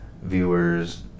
viewers